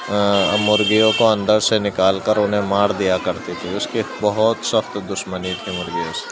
مرگیوں کو اندر سے نکال کر انہیں مار دیا کرتی تھی اس کی بہت سخت دشمنی تھی مرغیوں سے